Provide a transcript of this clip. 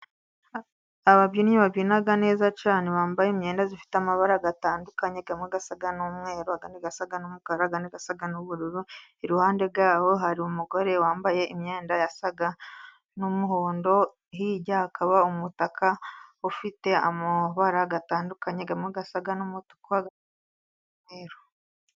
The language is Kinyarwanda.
Ababyinnyi babyina neza cyane, bambaye imyenda ifite amabara atandukanye, amwe asa n'umweru, ayandi asa n'umukara, ayandi asa n'ubururu, iruhande rwabo hari umugore wambaye imyenda isa n'umuhondo, hirya hakaba umutaka ufite amabara atandukanye, amwe asa n'umutuku, ayandi asa n'umweru.